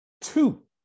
two